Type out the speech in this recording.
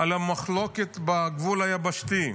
על המחלוקת בגבול היבשתי?